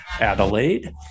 adelaide